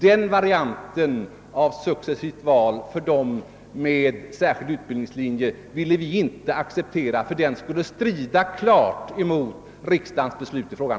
Den varianten av successivt val för dem som studerar på särskild utbildningslinje ville vi inte acceptera, ty den skulle klart strida mot riksdagens beslut i frågan.